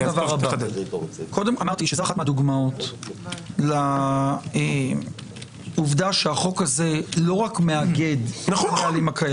שזו אחת מהדוגמאות לעובדה שהחוק הזה לא רק מאגד את הכללים הקיימים,